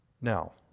Now